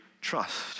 trust